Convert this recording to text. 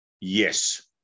Yes